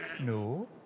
No